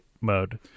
mode